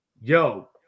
yo